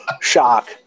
Shock